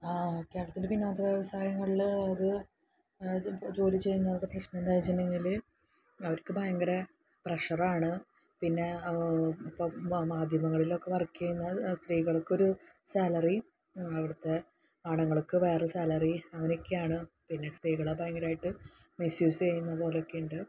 കേരളത്തിലെ വിനോദ വ്യവസായങ്ങളില് അത് ജോലി ചെയ്യുന്നവരുടെ പ്രശ്നം എന്താണെന്ന് വച്ചിട്ടുണ്ടെങ്കില് അവർക്ക് ഭയങ്കര പ്രഷർ ആണ് പിന്നെ ഇപ്പോൾ മാധ്യമങ്ങളിലൊക്കെ വർക്ക് ചെയ്യുന്ന സ്ത്രീകൾക്കൊരു സാലറി അവിടുത്തെ ആണുങ്ങൾക്ക് വേറെ സാലറി അങ്ങനെയൊക്കെയാണ് പിന്നെ സ്ത്രീകളെ ഭയങ്കരമായിട്ട് മിസ്സ്യൂസ് ചെയ്യുന്ന പോലെയൊക്കെയുണ്ട്